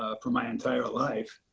ah for my entire life,